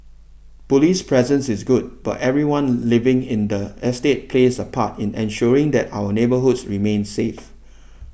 police presence is good but everyone living in the estate plays a part in ensuring that our neighbourhoods remain safe